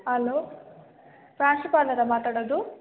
hello ಪ್ರಾಂಶುಪಾಲರಾ ಮಾತಾಡೋದು